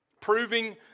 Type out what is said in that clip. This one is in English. Proving